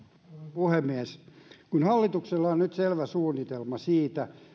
puhemies hallituksella on nyt selvä suunnitelma siitä